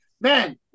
man